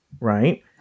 Right